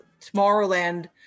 Tomorrowland